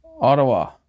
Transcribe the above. Ottawa